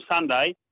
Sunday